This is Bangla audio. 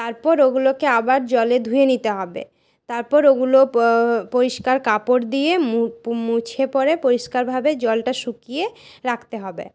তারপর ওগুলোকে আবার জলে ধুয়ে নিতে হবে তারপর ওগুলো প পরিষ্কার কাপড় দিয়ে মু মুছে পরে পরিষ্কারভাবে জলটা শুকিয়ে রাখতে হবে